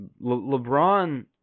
LeBron